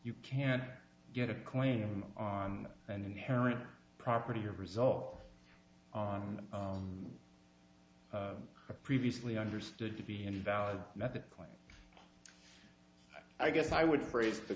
you can get a claim on an inherent property or result on a previously understood to be invalid method claim i guess i would phrase the